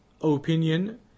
opinion